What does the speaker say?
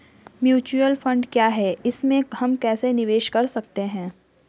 Mutual fund क्या है इसमें हम कैसे निवेश कर सकते हैं?